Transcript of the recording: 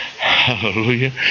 Hallelujah